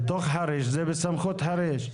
בתוך חריש זה בסמכות של חריש.